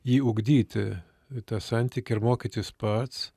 jį ugdyti tą santykį ir mokytis pats